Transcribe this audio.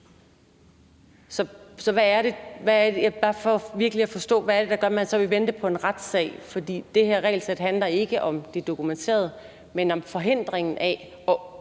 Hvad er det så, der gør, at man vil vente på en retssag? Det her regelsæt handler ikke om det dokumenterede, men om at forhindre,